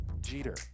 Jeter